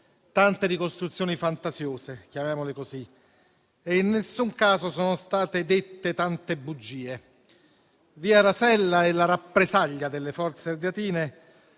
tante ricostruzioni fantasiose - chiamiamole così - e in nessun caso sono state dette tante bugie. Via Rasella e la rappresaglia delle Fosse Ardeatine